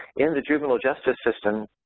in the juvenile justice system,